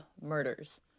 murders